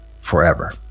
forever